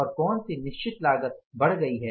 और कौन सी निश्चित लागत बढ़ गई है